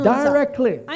directly